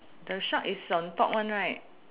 the shark is on top one right